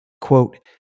Quote